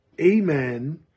amen